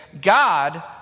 God